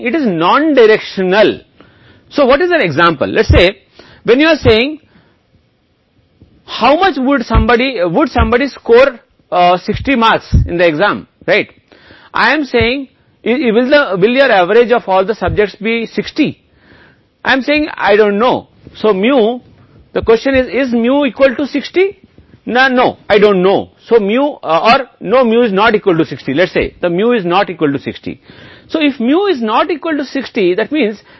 तो यह आत्मविश्वास अंतराल है और यह वह क्षेत्र है जो अब अस्वीकृति क्षेत्र है देखते हैं कि बीच में एक स्वीकृति क्षेत्र मिल गया है लेकिन दो अस्वीकृति वितरण के दो पक्षों में क्षेत्र अब यह एक ऐसा मामला है जो सैद्धांतिक रूप से आपको बताएं तो इसका मतलब है कि अस्वीकृति के दो क्षेत्र हैं जिसका अर्थ है कि यह अध्ययन दोनों दिशाओं में जा सकते हैं इसलिए यह एक ऐसा मामला है जहां यह दिशाहीन है